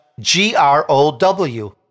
G-R-O-W